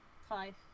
Five